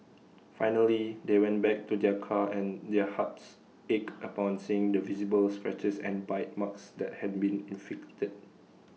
finally they went back to their car and their hearts ached upon seeing the visible scratches and bite marks that had been inflicted